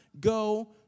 go